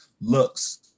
looks